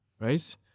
right